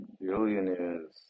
billionaires